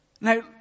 Now